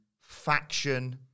faction